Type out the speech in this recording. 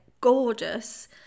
gorgeous